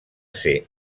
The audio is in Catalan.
ser